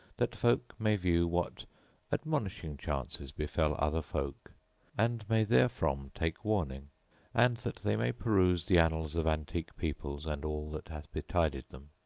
that folk may view what admonishing chances befel other folk and may therefrom take warning and that they may peruse the annals of antique peoples and all that hath betided them,